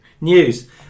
news